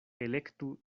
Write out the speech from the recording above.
elektu